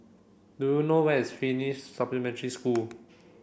do you know where is Finnish Supplementary School